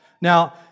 Now